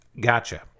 Gotcha